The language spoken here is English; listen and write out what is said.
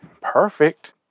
perfect